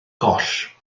goll